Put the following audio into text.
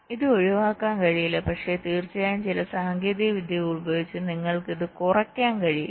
ഇത് ഒഴിവാക്കാൻ കഴിയില്ല പക്ഷേ തീർച്ചയായും ചില സാങ്കേതിക വിദ്യകൾ ഉപയോഗിച്ച് നിങ്ങൾക്ക് ഇത് കുറയ്ക്കാൻ കഴിയും